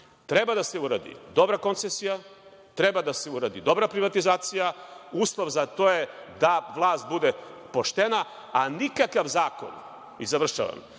treba da se uradi dobra koncesija. Treba da se uradi dobra privatizacija. Uslov za to je da vlast bude poštena, a nikakav zakon, pa ni ovaj,